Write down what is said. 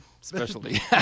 specialty